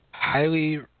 Highly